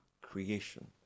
creation